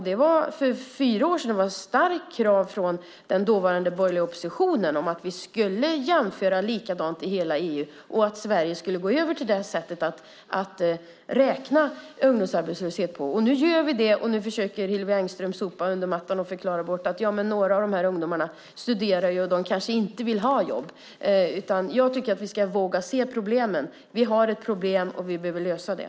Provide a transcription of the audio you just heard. Det var för fyra år sedan ett starkt krav från den dåvarande borgerliga oppositionen om att vi skulle göra likvärdiga jämförelser i hela EU och att Sverige skulle gå över till det sättet att räkna ungdomsarbetslöshet på. Nu gör vi det, och nu försöker Hillevi Engström sopa fakta under mattan genom att säga att några av dessa ungdomar studerar och kanske inte vill ha jobb. Jag tycker att vi ska våga se problemen. Vi har ett problem, och vi behöver lösa det.